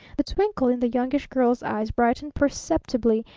the twinkle in the youngish girl's eyes brightened perceptibly,